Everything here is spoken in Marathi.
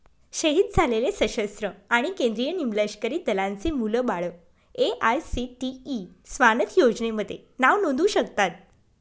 शहीद झालेले सशस्त्र आणि केंद्रीय निमलष्करी दलांचे मुलं बाळं ए.आय.सी.टी.ई स्वानथ योजनेमध्ये नाव नोंदवू शकतात